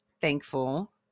thankful